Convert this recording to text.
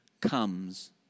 comes